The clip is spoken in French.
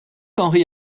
henri